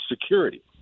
security